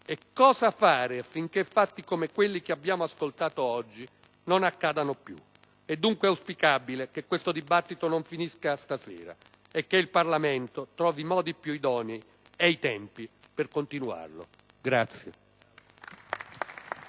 E cosa fare affinché fatti come quelli che abbiamo ascoltato oggi non accadano più. È dunque auspicabile che questo dibattito non finisca stasera e che il Parlamento trovi i modi più idonei e i tempi per continuarlo.